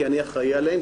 כי אני אחראי עליהן.